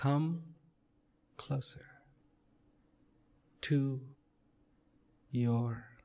come closer to your